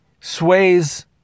sways